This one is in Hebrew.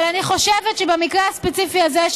אבל אני חושבת שבמקרה הספציפי הזה של